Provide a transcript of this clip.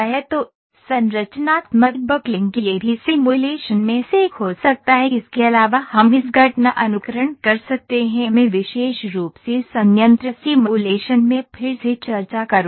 तो संरचनात्मक बकलिंग यह भी सिमुलेशन में से एक हो सकता है इसके अलावा हम इस घटना अनुकरण कर सकते हैं मैं विशेष रूप से संयंत्र सिमुलेशन में फिर से चर्चा करूंगा